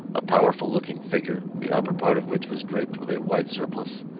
a powerful-looking figure, the upper part of which was draped with a white surplice,